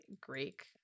Greek